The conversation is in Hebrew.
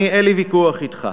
אני, אין לי ויכוח אתך.